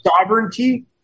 sovereignty